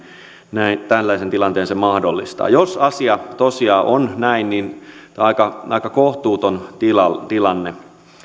niin että tällaisen tilanteen se mahdollistaa jos asia tosiaan on näin niin tämä on aika kohtuuton tilanne tilanne